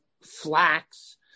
flax